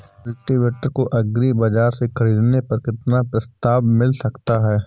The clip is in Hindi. कल्टीवेटर को एग्री बाजार से ख़रीदने पर कितना प्रस्ताव मिल सकता है?